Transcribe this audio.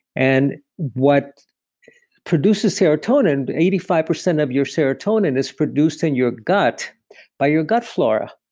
and what produces serotonin, eighty five percent of your serotonin is produced in your gut by your gut flora.